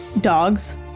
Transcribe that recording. dogs